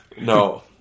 no